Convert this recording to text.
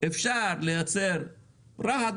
שאפשר לייצר ברהט,